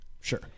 Sure